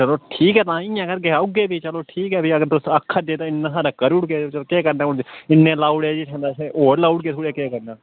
चलो ठीक ऐ तां इयां करगे औगे फ्ही चलो ठीक ऐ फ्ही अगर तुस आखदे तै इन्ना हारा करी ओड़गे केह् करना हून इन्नै लाई ओड़े जित्थें पैसे होर लाई ओड़गे थोह्ड़े केह् करना